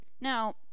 Now